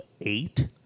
eight